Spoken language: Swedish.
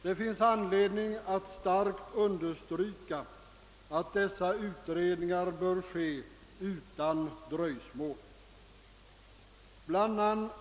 Det finns anledning att starkt understryka, att dessa utredningar bör genomföras utan dröjsmål.